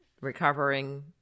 recovering